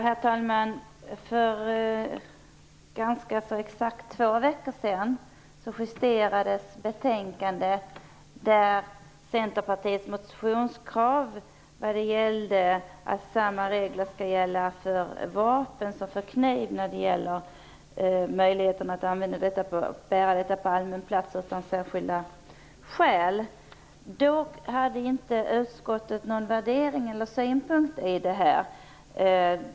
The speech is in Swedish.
Herr talman! För ganska exakt två veckor sedan justerades betänkandet med Centerpartiets motionskrav om att samma regler skall gälla för vapen som för kniv när det gäller möjligheten att bära detta på allmän plats utan särskilda skäl. Då hade inte utskottet någon värdering eller synpunkt på det här.